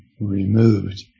removed